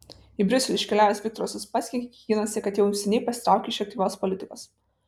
į briuselį iškeliavęs viktoras uspaskich ginasi kad jau seniai pasitraukė iš aktyvios politikos